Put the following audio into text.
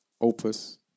opus